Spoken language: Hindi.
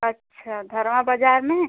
अच्छा धर्मा बाज़ार में